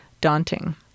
daunting